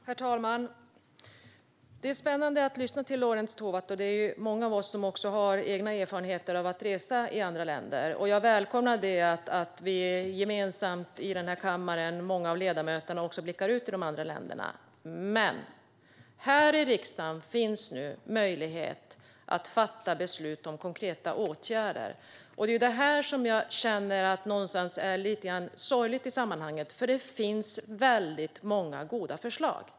Herr talman! Det är spännande att lyssna till Lorentz Tovatt. Det är många av oss som har egna erfarenheter av att resa i andra länder. Jag välkomnar att många av ledamöterna gemensamt i kammaren blickar mot de andra länderna. Men i riksdagen finns nu möjlighet att fatta beslut om konkreta åtgärder. Det är någonstans lite grann sorgligt i sammanhanget. Det finns väldigt många goda förslag.